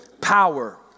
power